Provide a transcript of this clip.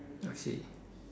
okay